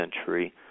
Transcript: century